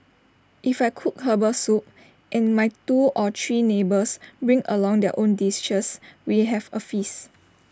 if I cook Herbal Soup and my two or three neighbours bring along their own dishes we have A feast